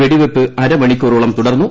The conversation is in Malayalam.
വെടിവെയ്പ് അരമണിക്കൂറോളം തുടർന്നു